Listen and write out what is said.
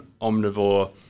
omnivore